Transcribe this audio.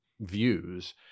views